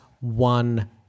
one